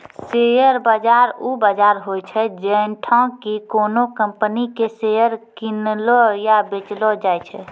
share बाजार उ बजार होय छै जैठां कि कोनो कंपनी के शेयर किनलो या बेचलो जाय छै